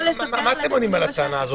מה אתם עונים על זה?